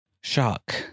Shock